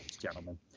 gentlemen